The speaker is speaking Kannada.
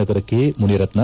ನಗರಕ್ಕೆ ಮುನಿರತ್ನ